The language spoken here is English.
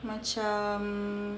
macam